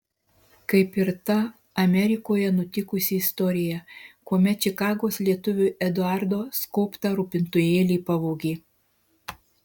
kaip ir ta amerikoje nutikusi istorija kuomet čikagos lietuviui eduardo skobtą rūpintojėlį pavogė